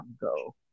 go